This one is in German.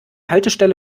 haltestelle